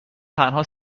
تنها